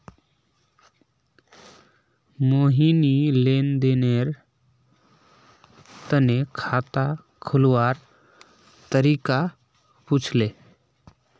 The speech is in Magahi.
मोहिनी लेन देनेर तने खाता खोलवार तरीका पूछले